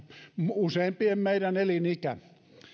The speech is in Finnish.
useimpien meidän elinikä